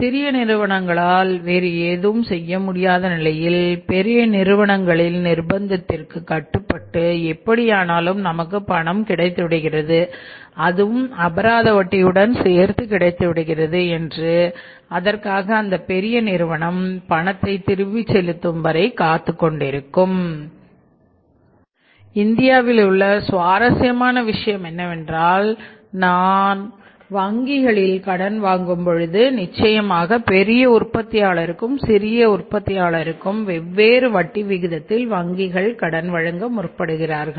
சிறிய நிறுவனங்களால் வேறு ஏதும் செய்ய முடியாத நிலையில் பெரிய நிறுவனங்களின் நிர்பந்தத்திற்கு கட்டுப்பட்டு எப்படியானாலும் நமக்கு பணம் கிடைத்து விடுகிறது அதுவும் அபராத வட்டியுடன் சேர்த்து கிடைத்து விடுகிறது என்று அதற்காக அந்த பெரிய நிறுவனம் பணத்தை திருப்பி செலுத்தும் வரை காத்துக் கொண்டிருக்கும் இந்தியாவில் உள்ள சுவாரசியமான விஷயம் என்னவென்றால் நாம் வங்கிகளில் கடன் வாங்கும் பொழுது நிச்சயமாக பெரிய உற்பத்தியாளருக்கும் சிறிய உற்பத்தியாளருக்கும் வெவ்வேறு வட்டி விகிதத்தில் வங்கிகள் கடன் வழங்க முற்படுவார்கள்